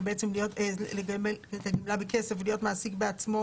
ובעצם לקבל את הגמלה בכסף ולהיות מעסיק בעצמו,